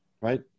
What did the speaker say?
Right